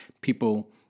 people